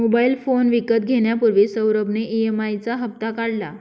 mobile phone विकत घेण्यापूर्वी सौरभ ने ई.एम.आई चा हप्ता काढला